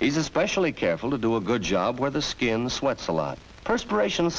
he's especially careful to do a good job where the skin sweats a lot perspiration